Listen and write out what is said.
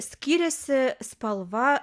skyrėsi spalva